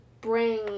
bring